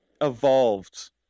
evolved